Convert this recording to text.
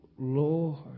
Lord